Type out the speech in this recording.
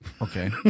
okay